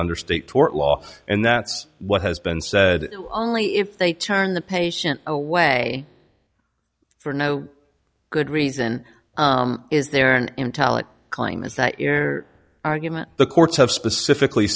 under state tort law and that's what has been said only if they turn the patient away for no good reason is there an entitlement claim is that you're argument the courts have specifically